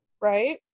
Right